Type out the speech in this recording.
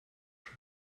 oczy